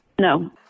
No